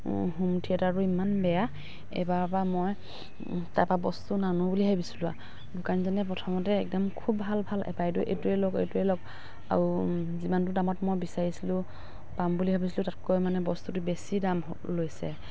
home থিয়েটাৰটো ইমান বেয়া এইবাৰৰ পৰা মই তাৰ পৰা বস্তু নানো বুলি ভাবিছিলোঁ আৰু দোকানীজনে প্ৰথমতে একদম খুব ভাল ভাল বাইদেউ এইটোৱে লওক এইটোৱে লওক আৰু যিমানটো দামত মই বিচাৰিছিলোঁ পাম বুলি ভাবিছিলোঁ তাতকৈ মানে বস্তুটো বেছি দাম লৈছে